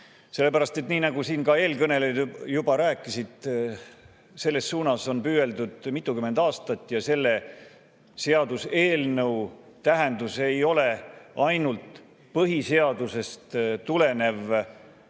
sellepärast et – nii nagu ka eelkõnelejad siin juba rääkisid – selle poole on püüeldud mitukümmend aastat. Selle seaduseelnõu tähendus ei ole ainult põhiseadusest tulenev